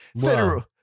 Federal